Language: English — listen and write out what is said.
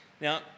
Now